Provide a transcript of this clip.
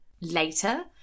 later